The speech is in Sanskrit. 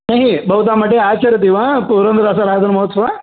न हि भवतां मठे आचरति वा पुरन्दरोत्सवः वा